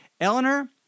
Eleanor